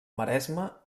maresme